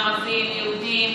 ערבים יהודים,